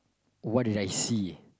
what did I see